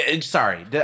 Sorry